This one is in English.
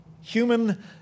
Human